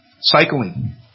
cycling